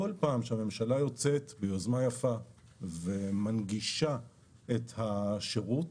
בכל פעם שהממשלה יוצאת ביוזמה יפה ומנגישה את השירות